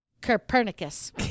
Copernicus